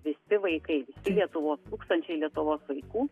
visi vaikai lietuvos tūkstančiai lietuvos vaikų